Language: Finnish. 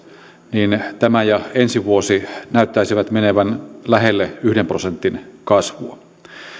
niin tämä ja ensi vuosi näyttäisivät menevän lähelle yhden prosentin kasvua